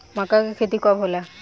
मक्का के खेती कब होला?